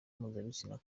mpuzabitsina